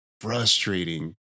frustrating